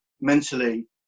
mentally